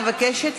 אני מבקשת,